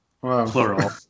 Plural